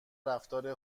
رفتار